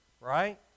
right